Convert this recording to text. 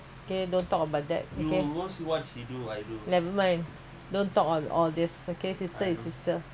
he won't accept sister everytime they quarrel ah everytime quarrel